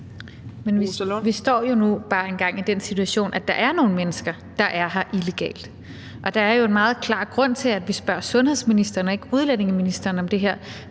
Men vi står jo nu engang bare i den situation, at der er nogle mennesker, der er her illegalt, og der er en meget klar grund til, at vi spørger sundhedsministeren og ikke udlændinge- og integrationsministeren om det her.